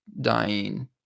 dying